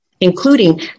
including